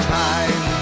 time